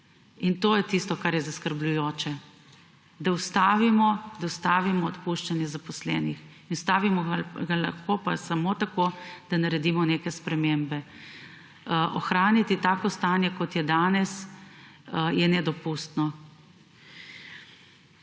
To je tisto, kar je zaskrbljujoče. Da ustavimo odpuščanje zaposlenih. Ustavimo ga pa lahko samo tako, da naredimo neke spremembe. Ohraniti tako stanje, kot je danes, je nedopustno.